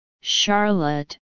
Charlotte